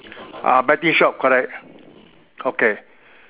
ah betting shop correct okay